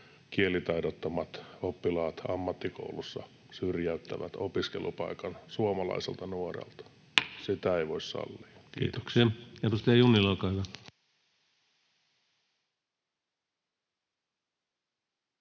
kielitaidottomat oppilaat ammattikoulussa syrjäyttävät opiskelupaikan suomalaiselta nuorelta. Sitä ei